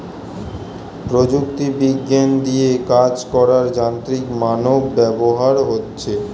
প্রযুক্তি বিজ্ঞান দিয়ে কাজ করার যান্ত্রিক মানব ব্যবহার হচ্ছে